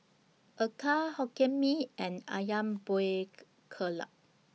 Acar Hokkien Mee and Ayam Buah Keluak